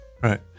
Right